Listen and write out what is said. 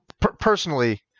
personally